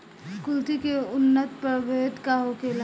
कुलथी के उन्नत प्रभेद का होखेला?